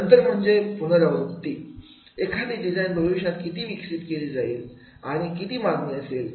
नंतर म्हणजे पुनरावृत्ती एखादी डिझाईन भविष्यात किती विकसित होईल आणि किती मागणी असेल